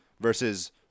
versus